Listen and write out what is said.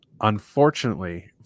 unfortunately